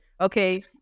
okay